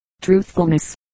truthfulness